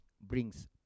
brings